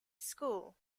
school